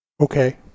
Okay